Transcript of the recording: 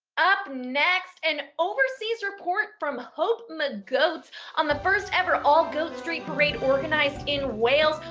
up next, an overseas report from hope mcgoats on the first ever all-goat street parade organized in wales.